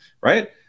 right